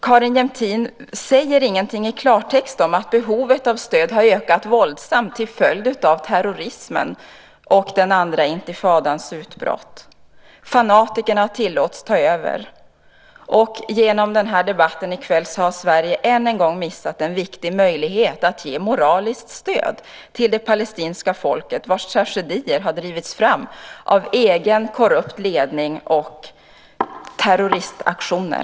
Carin Jämtin säger ingenting i klartext om att behovet av stöd har ökat våldsamt till följd av terrorismen och den andra intifadans utbrott. Fanatikerna tillåts ta över. Genom den här debatten i kväll har Sverige än en gång missat en viktig möjlighet att ge moraliskt stöd till det palestinska folket vars tragedier har drivits fram av egen korrupt ledning och terroristaktioner.